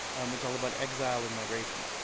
um it's all about exile and migration.